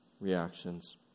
reactions